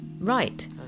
Right